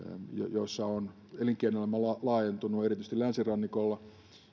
joissa on elinkeinoelämä laajentunut erityisesti länsirannikolla